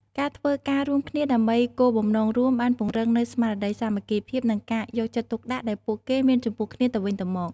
ការធ្វើការរួមគ្នាដើម្បីគោលបំណងរួមបានពង្រឹងនូវស្មារតីសាមគ្គីភាពនិងការយកចិត្តទុកដាក់ដែលពួកគេមានចំពោះគ្នាទៅវិញទៅមក។